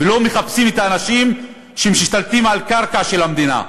ולא מחפשים את האנשים שמשתלטים על קרקע של המדינה.